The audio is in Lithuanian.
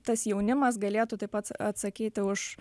tas jaunimas galėtų taip pats atsakyti už